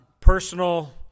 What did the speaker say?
personal